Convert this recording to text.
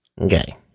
Okay